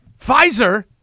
Pfizer